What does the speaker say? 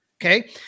Okay